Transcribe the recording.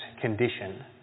condition